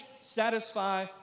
satisfy